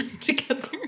together